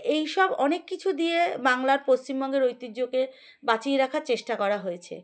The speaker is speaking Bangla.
এই সব অনেক কিছু দিয়ে বাংলার পশ্চিমবঙ্গের ঐতিহ্যকে বাঁচিয়ে রাখার চেষ্টা করা হয়েছে